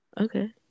okay